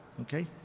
Okay